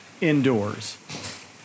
indoors